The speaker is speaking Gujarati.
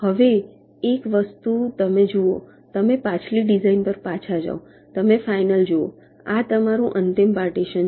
હવે એક વસ્તુ તમે જુઓ તમે પાછલી ડિઝાઇન પર પાછા જાઓ તમે ફાઇનલ જુઓ આ તમારું અંતિમ પાર્ટીશન છે